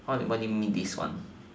what what do you mean this one